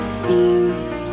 seems